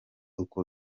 uko